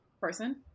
person